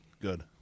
Good